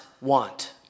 want